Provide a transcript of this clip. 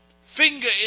finger